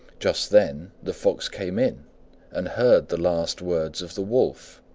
just then the fox came in and heard the last words of the wolf.